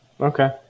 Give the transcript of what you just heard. Okay